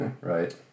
Right